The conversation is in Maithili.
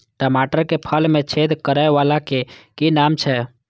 टमाटर के फल में छेद करै वाला के कि नाम छै?